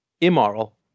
immoral